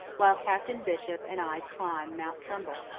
while captain bishop and i climb mount trumbull.